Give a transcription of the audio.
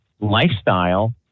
lifestyle